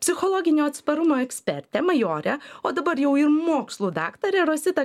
psichologinio atsparumo ekspertė majorė o dabar jau ir mokslų daktarė rosita